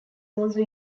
also